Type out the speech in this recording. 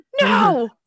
No